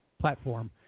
platform